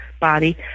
body